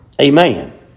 Amen